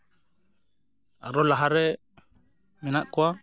ᱟᱨᱚ ᱞᱟᱦᱟ ᱨᱮ ᱢᱮᱱᱟᱜ ᱠᱚᱣᱟ